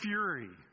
Fury